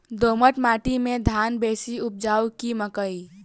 दोमट माटि मे धान बेसी उपजाउ की मकई?